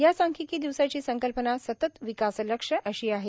ह्या सांख्यिकी दिवसाची संकल्पना सतत विकास लक्ष्य अशी आहे